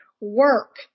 work